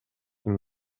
than